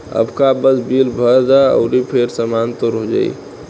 अबका बस बिल भर द अउरी फेर सामान तोर हो जाइ